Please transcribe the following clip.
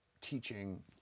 teaching